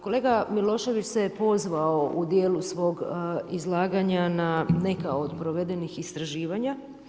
Kolega Milošević se pozvao u djelu svog izlaganja na neka od provedenih istraživanja.